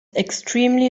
extremely